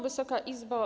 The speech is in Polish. Wysoka Izbo!